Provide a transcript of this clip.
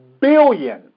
billion